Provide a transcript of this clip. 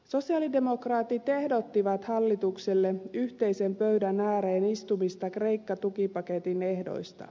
sosialidemokraatit ehdottivat hallitukselle yhteisen pöydän ääreen istumista kreikka tukipaketin ehdoista